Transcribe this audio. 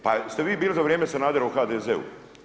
Pa ste vi bili za vrijeme Sanadera u HDZ-u?